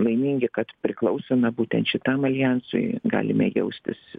laimingi kad priklausome būtent šitam aljansui galime jaustis